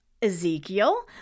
Ezekiel